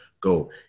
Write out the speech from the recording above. go